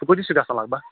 سُہ کۭتِس چھُ گژھان لگ بگ